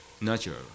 natural